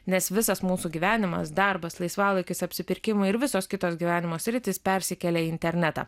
nes visas mūsų gyvenimas darbas laisvalaikis apsipirkimai ir visos kitos gyvenimo sritys persikelia į internetą